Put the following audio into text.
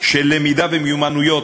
של למידה ומיומנויות,